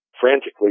frantically